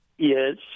Yes